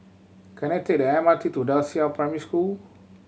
can I take the M R T to Da Qiao Primary School